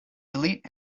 delete